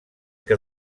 que